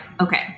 Okay